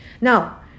Now